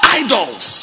idols